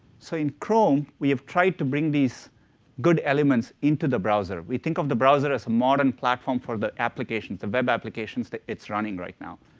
so in chrome, we've tried to bring these good elements into the browser. we think of the browser as a modern platform for the applications, the web applications that it's running right now.